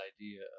idea